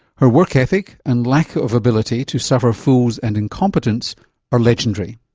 her work ethic and lack of ability to suffer fools and incompetence are legendary.